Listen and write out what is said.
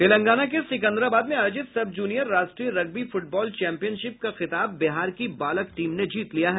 तेलंगाना के सिकंदराबाद में आयोजित सब जूनियर राष्ट्रीय रग्बी फुटबॉल चैंपियनशिप का खिताब बिहार की बालक टीम ने जीत लिया है